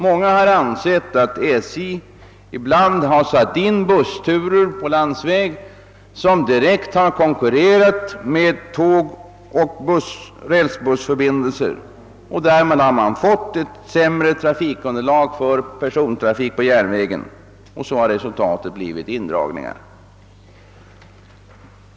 SJ har ibland på landsväg satt in bussturer som enligt mångas mening direkt konkurrerat med tågoch rälsbussförbindelser; därmed har man fått ett sämre trafikunderlag för persontrafik på järnvägen, och så har resultatet blivit indragningar.